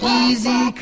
easy